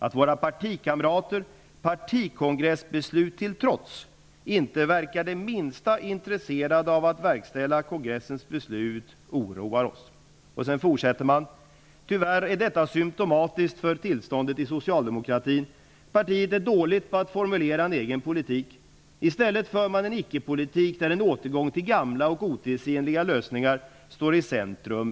Att våra partikamrater, partikongressbeslut till trots, inte verkar det minsta intresserade av att verkställa kongressens beslut, oroar oss.'' Sedan fortsätter man: ''Tyvärr är detta symptomatiskt för tillståndet i socialdemokratin. Partiet är dåligt på att formulera en egen politik. I stället för man en icke-politik, där en återgång till gamla och otidsenliga lösningar står i centrum.''